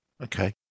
Okay